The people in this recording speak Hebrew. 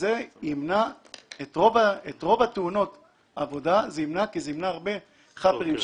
זה ימנע את רוב תאונות העבודה כי זה ימנע הרבה חאפרים,